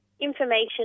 information